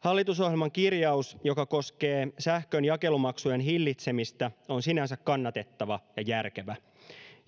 hallitusohjelman kirjaus joka koskee sähkönjakelumaksujen hillitsemistä on sinänsä kannatettava ja järkevä